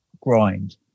grind